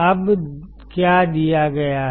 अब क्या दिया गया है